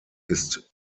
ist